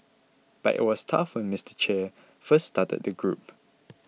but it was tough when Mister Che first started the group